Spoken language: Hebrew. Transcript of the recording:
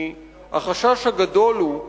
כי החשש הגדול הוא,